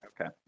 Okay